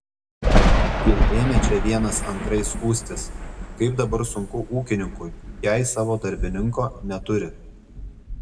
ir ėmė čia vienas antrai skųstis kaip dabar sunku ūkininkui jei savo darbininko neturi